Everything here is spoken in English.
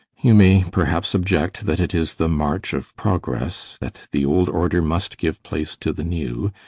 you may perhaps object that it is the march of progress, that the old order must give place to the new,